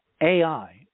AI